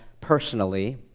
personally